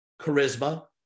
charisma